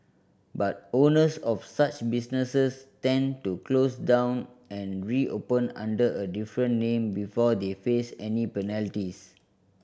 but owners of such businesses tend to close down and reopen under a different name before they face any penalties